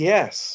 Yes